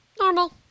normal